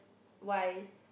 why